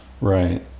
Right